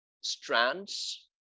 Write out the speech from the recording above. strands